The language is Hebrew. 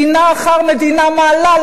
מדינה אחר מדינה מעלה,